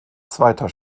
zweiter